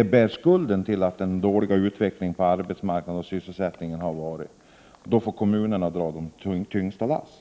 inte skulden till den dåliga utvecklingen på arbetsmarknaden och till sysselsättningsläget. Ändå är det kommunerna som får dra det tyngsta lasset.